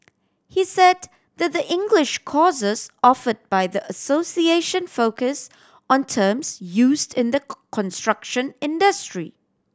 he said that the English courses offered by the association focus on terms used in the construction industry